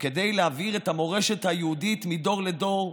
וכדי להעביר את המורשת היהודית מדור לדור,